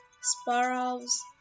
sparrows